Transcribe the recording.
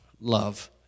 love